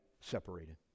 separated